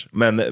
men